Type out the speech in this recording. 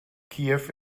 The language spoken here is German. kiew